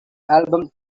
album